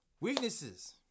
Weaknesses